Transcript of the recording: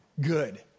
good